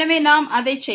எனவே நாம் அதை செய்வோம்